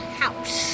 house